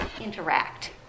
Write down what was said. interact